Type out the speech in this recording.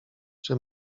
czy